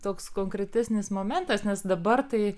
toks konkretesnis momentas nes dabar tai